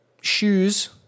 shoes